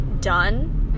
done